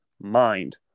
mind